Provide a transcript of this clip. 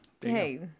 hey